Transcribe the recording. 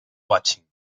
watching